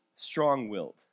strong-willed